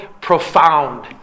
profound